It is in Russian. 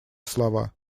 слова